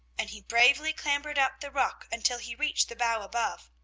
and he bravely clambered up the rock until he reached the bough above.